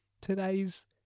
today's